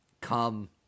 come